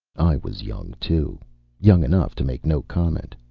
i was young, too young enough to make no comment.